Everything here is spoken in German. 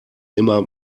immer